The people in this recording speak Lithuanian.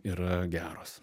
yra geros